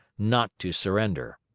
not to surrender.